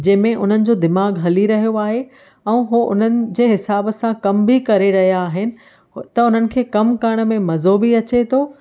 जंहिंमें उन्हनि जो दिमाग़ु हली रहियो आहे ऐं हो उन्हनि जे हिसाब सां कमु बि करे रहियो आहिनि त हुननि खे कमु करण में मज़ो बि अचे थो